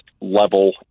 level